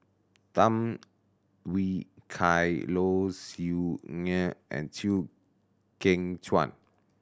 Tham Yui Kai Low Siew Nghee and Chew Kheng Chuan